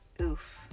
oof